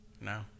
No